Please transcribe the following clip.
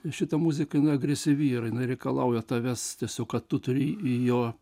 ir šita muzika agresyvi yra jinai reikalauja tavęs tiesiog kad tu turi į jo